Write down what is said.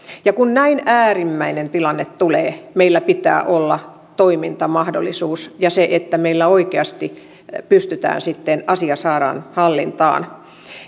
ja kun näin äärimmäinen tilanne tulee meillä pitää olla toimintamahdollisuus ja se että meillä oikeasti pystytään sitten asia saamaan hallintaan